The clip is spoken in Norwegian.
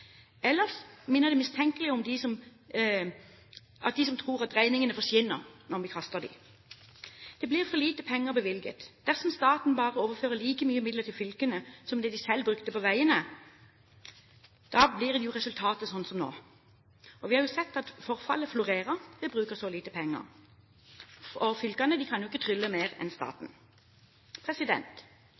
Ellers minner det mistenkelig om dem som tror at regningene forsvinner når man kaster dem. Det blir for lite penger bevilget dersom staten overfører like mye midler til fylkene som det de selv brukte på veiene. Da blir resultatet slik som nå. Vi har jo sett hvordan forfallet florerer når man bruker så lite penger, og fylkene kan ikke trylle mer enn det staten